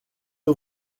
aux